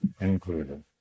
included